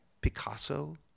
Picasso